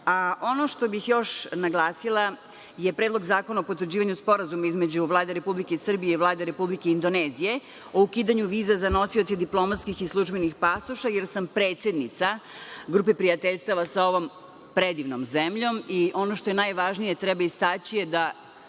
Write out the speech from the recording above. što bih još naglasila je Predlog zakona o potvrđivanju Sporazuma između Vlade Republike Srbije i Vlade Republike Indonezije o ukidanju viza za nosioce diplomatskih i službenih pasoša, jer sam predsednica Grupe prijateljstava sa ovom predivnom zemljom i, ono što je najjvažnije, treba istaći da